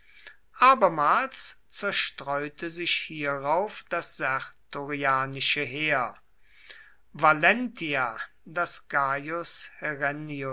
abermals zerstreute sich hierauf das sertorianische heer valentia